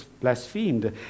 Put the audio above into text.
blasphemed